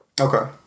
Okay